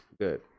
Good